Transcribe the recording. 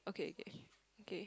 okay okay okay